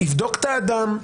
יבדוק את האדם,